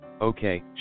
Okay